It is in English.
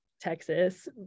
Texas